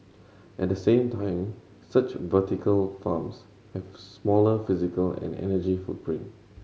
at the same time such vertical farms have smaller physical and energy footprint